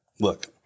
look